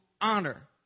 honor